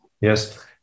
Yes